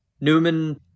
Newman-